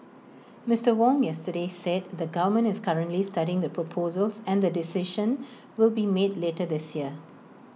Mister Wong yesterday said the government is currently studying the proposals and A decision will be made later this year